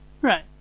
Right